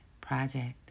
Project